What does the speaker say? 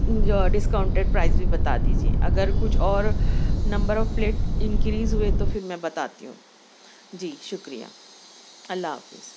جو discounted price بھی بتا دیجیے اگر کچھ اور نمبر آف پلیٹ انکریز ہوئے تو پھر میں بتاتی ہوں جی شکریہ اللہ حافظ